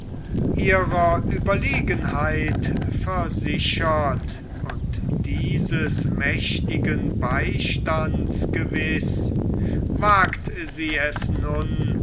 ihrer überlegenheit versichert und dieses mächtigen beistands gewiß wagt sie es nun